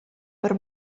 per